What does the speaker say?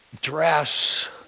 dress